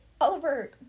Oliver